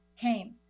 came